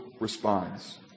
responds